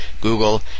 Google